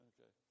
Okay